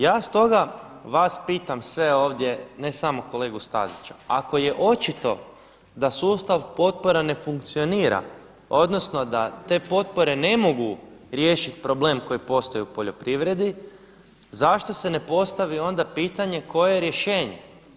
Ja stoga vas pitam sve ovdje, ne samo kolegu Stazića, ako je očito da sustav potpora ne funkcionira odnosno da te potpore ne mogu riješiti problem koji postoji u poljoprivredi, zašto se ne postavi onda pitanje koje je rješenje.